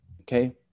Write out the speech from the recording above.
okay